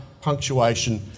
punctuation